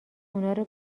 اونارو